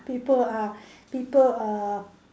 people are people are